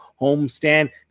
homestand